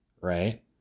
right